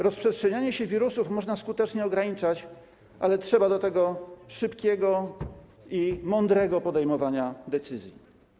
Rozprzestrzenianie się wirusów można skutecznie ograniczać, ale trzeba do tego szybkiego i mądrego podejmowania decyzji.